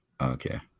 Okay